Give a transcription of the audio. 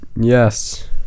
Yes